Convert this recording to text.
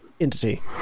entity